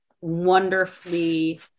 wonderfully